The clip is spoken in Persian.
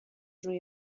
روی